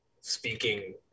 speaking